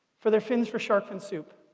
for their fins for shark fin soup.